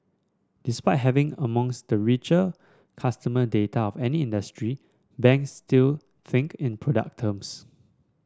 despite having amongst the richer customer data of any industry banks still think in product terms